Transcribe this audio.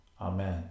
Amen